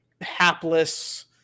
hapless